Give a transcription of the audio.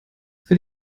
für